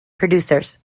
producers